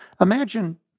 Imagine